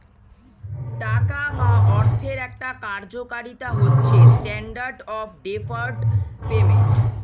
টাকা বা অর্থের একটা কার্যকারিতা হচ্ছে স্ট্যান্ডার্ড অফ ডেফার্ড পেমেন্ট